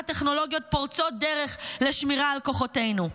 טכנולוגיות פורצות דרך לשמירה על כוחותינו.